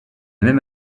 même